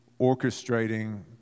orchestrating